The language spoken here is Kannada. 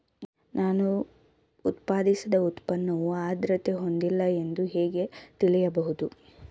ನಾನು ಉತ್ಪಾದಿಸಿದ ಉತ್ಪನ್ನವು ಆದ್ರತೆ ಹೊಂದಿಲ್ಲ ಎಂದು ಹೇಗೆ ತಿಳಿಯಬಹುದು?